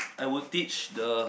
I would teach the